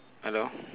hello